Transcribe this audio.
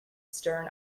stern